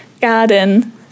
garden